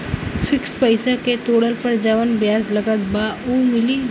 Fix पैसा के तोड़ला पर जवन ब्याज लगल बा उ मिली?